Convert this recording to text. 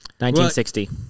1960